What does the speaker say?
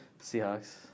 Seahawks